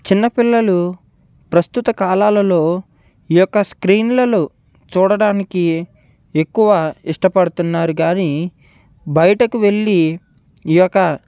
చిన్నపిల్లలు ప్రస్తుత కాలాలలో ఈ యొక్క స్క్రీన్లలో చూడడానికి ఎక్కువ ఇష్టపడుతున్నారు కానీ బయటకు వెళ్లి ఈ యొక